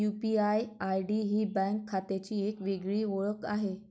UPI ID ही bank खात्याची एक वेगळी ओळख आहे